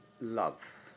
love